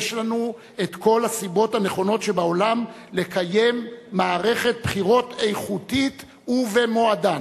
יש לנו כל הסיבות הנכונות שבעולם לקיים מערכת בחירות איכותית ובמועדן,